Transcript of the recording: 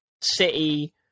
City